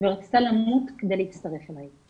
ורצתה למות כדי להצטרף אלי.